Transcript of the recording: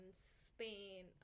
Spain